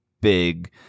big